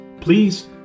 Please